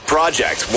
Project